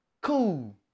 Cool